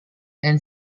and